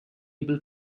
able